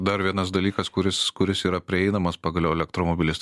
dar vienas dalykas kuris kuris yra prieinamas pagaliau elektromobilis